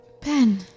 Ben